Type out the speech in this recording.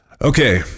Okay